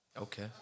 Okay